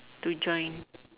to join